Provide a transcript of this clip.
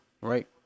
right